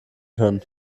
können